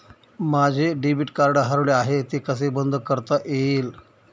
माझे debit card हरवले आहे ते कसे बंद करता येईल?